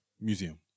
museum